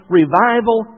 revival